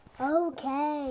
Okay